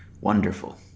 Wonderful